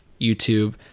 YouTube